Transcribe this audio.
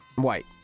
white